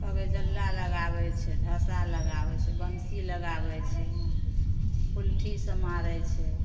कभी जल्ला लगाबै छै धौन्सा लगाबै छै बन्सी लगाबै छै कुल्ठीसे मारै छै